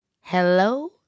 Hello